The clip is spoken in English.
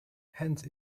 hence